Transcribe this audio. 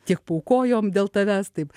tiek paaukojom dėl tavęs tai